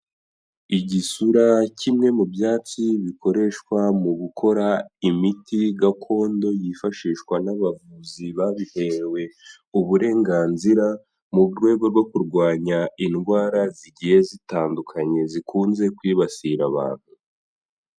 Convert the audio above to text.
Igisura kimwe mu byatsi bikoreshwa mu gukora imiti gakondo yifashishwa n'abavuzi babiherewe uburenganzira, mu rwego rwo kurwanya indwara zigiye zitandukanye zikunze kwibasira abantu.